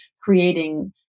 creating